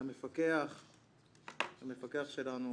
למפקח שלנו